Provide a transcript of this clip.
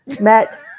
met